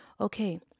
Okay